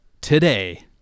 today